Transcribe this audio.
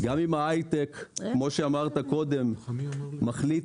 גם אם ההיי-טק - כמו שאמרת קודם מחליט